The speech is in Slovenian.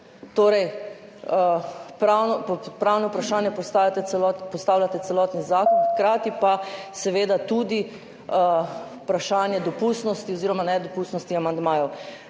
torej pod pravni vprašaj postavljate celotni zakon, hkrati pa je seveda tudi vprašanje dopustnosti oziroma nedopustnosti amandmajev.